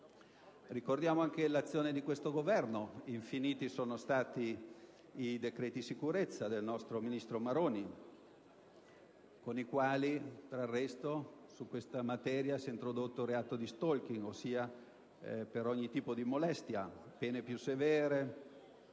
Ricordiamo anche l'azione di questo Governo: infiniti sono stati i decreti sicurezza del nostro ministro Maroni; inoltre, su questa materia è stato introdotto il reato di *stalking*, ossia per ogni tipo di molestia, come pure